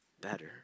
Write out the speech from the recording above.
better